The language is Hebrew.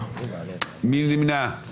1 נמנע.